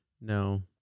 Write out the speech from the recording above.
no